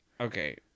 Okay